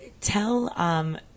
tell